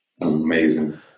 amazing